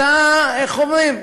איך אומרים: